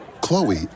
chloe